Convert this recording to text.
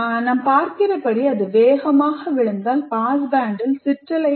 நீங்கள் பார்க்கிறபடி அது வேகமாக விழுந்தால் பாஸ் பேண்டில் சிற்றலை அதிகமாக இருக்கும்